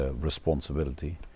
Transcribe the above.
responsibility